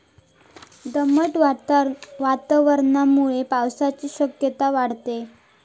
दमट वातावरणामुळे पावसाची शक्यता वाढता